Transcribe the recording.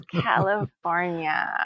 California